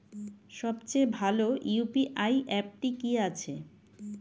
সবচেয়ে ভালো ইউ.পি.আই অ্যাপটি কি আছে?